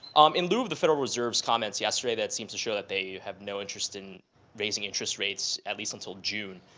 um in lieu of the federal reserve's comments yesterday that seems to show that they have no interest in raising interest rates, at least until june,